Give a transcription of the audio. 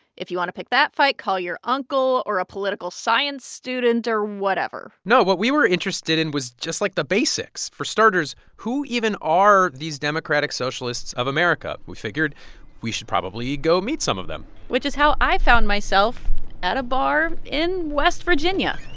if you want to pick that fight, call your uncle or a political science student or whatever no, what we were interested in was just, like, the basics. for starters, who even are these democratic socialists of america? we figured we should probably go meet some of them which is how i found myself at a bar in west virginia.